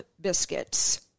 biscuits